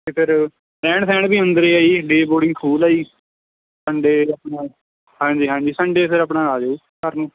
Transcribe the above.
ਅਤੇ ਫਿਰ ਰਹਿਣ ਸਹਿਣ ਅੰਦਰ ਹੈ ਜੀ ਡੀ ਬੋਰਡਿੰਗ ਸਕੂਲ ਹੈ ਜੀ ਸੰਡੇ ਆਪਣਾ ਹਾਂਜੀ ਹਾਂਜੀ ਸੰਡੇ ਫਿਰ ਆਪਣਾ ਆ ਜਾਓ ਘਰ ਨੂੰ